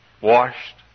washed